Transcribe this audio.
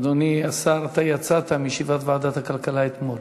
אדוני השר, אתה יצאת מישיבת ועדת הכלכלה אתמול,